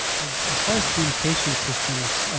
as as far as communication systems,